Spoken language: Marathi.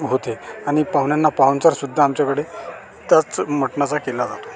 होते आणि पाहुण्यांना पाहुणचार सुद्धा आमच्याकडे त्याच मटणाचा केला जातो